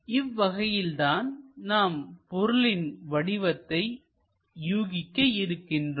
இவ்வகையில் தான் நாம் பொருளின் வடிவத்தை யூகிக்க இருக்கின்றோம்